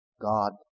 God